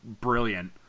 brilliant